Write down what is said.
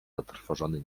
zatrwożony